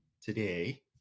today